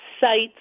sites